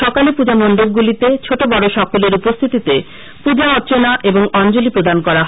সকালে পুজো মন্ডপগুলিতে ছোট বড সকলের উপস্থিতিতে পূজা অর্চনা এবং অঞ্জলি প্রদান করা হয়